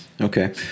Okay